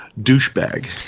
douchebag